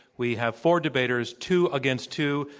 we have four debaters, two against two,